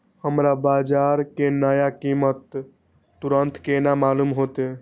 हमरा बाजार के नया कीमत तुरंत केना मालूम होते?